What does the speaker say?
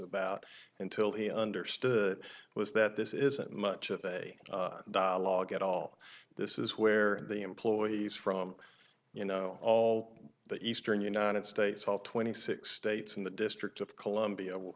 about until he understood was that this isn't much of a dialogue at all this is where the employees from you know all the eastern united states all twenty six states and the district of columbia will